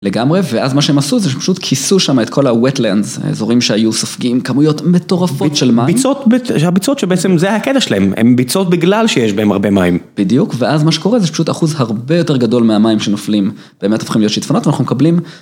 לגמרי, ואז מה שהם עשו זה שפשוט כיסו שם את כל ה- wetlands, האזורים שהיו ספגים כמויות מטורפות של מים. ביצות, שהביצות שבעצם זה היה הקטע שלהם, הם ביצות בגלל שיש בהם הרבה מים. בדיוק, ואז מה שקורה זה בזכות אחוז הרבה יותר גדול מהמים שנופלים, באמת הופכים להיות שיטפונות ואנחנו מקבלים.